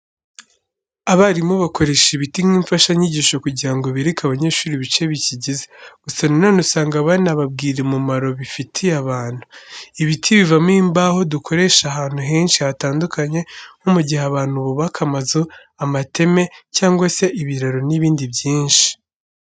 Abarimu bakoresha ibiti nk'imfashanyigisho kugira ngo bereke abanyeshuri ibice bikigize, gusa na none usanga banababwira umumaro bifitiye abantu. Ibiti bivamo imbaho dukoresha ahantu henshi hatandukanye nko mu gihe abantu bubaka amazu, amateme cyangwa se ibiraro n'ibindi byinshi.